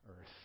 earth